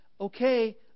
okay